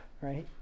right